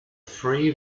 three